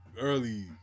early